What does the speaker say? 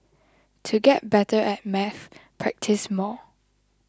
to get better at maths practise more